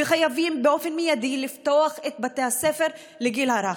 וחייבים באופן מיידי לפתוח את בתי הספר לגיל הרך.